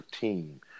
team